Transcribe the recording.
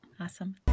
Awesome